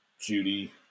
Judy